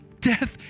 death